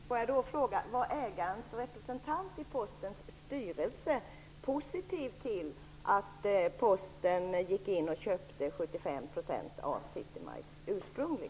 Fru talman! Får jag då fråga: Var ägarens representant i Postens styrelse positiv till att Posten ursprungligen gick in och köpte 75 % av City Mail?